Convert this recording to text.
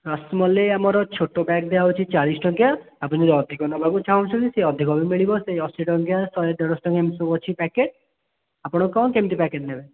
ରସ୍ମଲେଇ ଆମର ଛୋଟ ପ୍ୟାକ୍ ଦିଆହେଉଛି ଚାଳିଶ ଟଙ୍କିଆ ଆପଣ ଅଧିକ ନେବାକୁ ଚାହୁଁଛନ୍ତି ସେ ଅଧିକ ବି ମିଳିବ ସେଇ ଅଶୀ ଟଙ୍କିଆ ଶହେ ଟଙ୍କିଆ ଶହେ ଦେଢ଼ଶହ ଟଙ୍କିଆ ଏମିତି ସବୁ ପ୍ୟାକେଟ୍ ଆପଣ କ'ଣ କେମିତି ପ୍ୟାକେଟ୍ ନେବେ